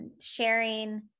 sharing